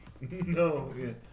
No